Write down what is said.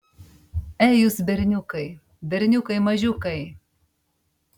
ei jūs berniukai berniukai mažiukai